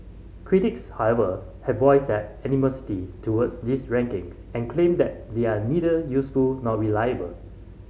critics however have voiced their animosity towards these rankings and claim that they are neither useful nor reliable